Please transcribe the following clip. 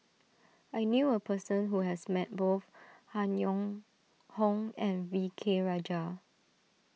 I knew a person who has met both Han Yong Hong and V K Rajah